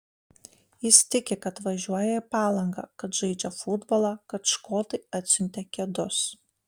jis tiki kad važiuoja į palangą kad žaidžia futbolą kad škotai atsiuntė kedus